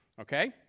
okay